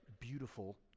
beautiful